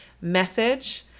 message